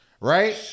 right